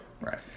Right